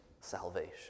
salvation